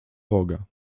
boga